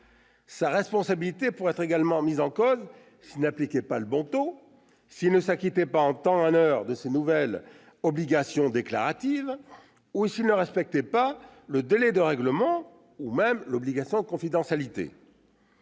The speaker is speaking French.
Sa responsabilité pourrait également être mise en cause s'il n'appliquait pas le bon taux, s'il ne s'acquittait pas en temps et en heure de ses nouvelles obligations déclaratives, s'il ne respectait pas le délai de règlement ou l'obligation de confidentialité.